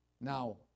Now